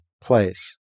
place